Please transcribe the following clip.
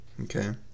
Okay